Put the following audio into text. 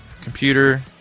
computer